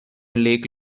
lake